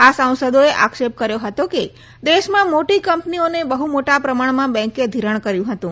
આ સાંસદોએ આક્ષેપ કર્યો હતો કે દેશમાં મોટી કંપનીઓને બહ્ મોટા પ્રમાણમાં બેન્કે ઘિરાણ કર્યું હતું